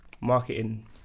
marketing